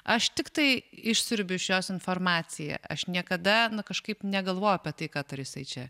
aš tiktai išsiurbiu iš jos informaciją aš niekada kažkaip negalvoju apie tai kad ar jisai čia